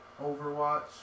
overwatch